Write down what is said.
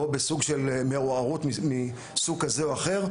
או בסוג של מעורערות מסוג כזה או אחר,